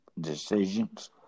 decisions